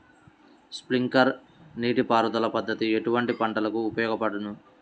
Sprinkler నీటిపారుదల పద్దతి ఎటువంటి పంటలకు ఉపయోగపడును?